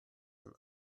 von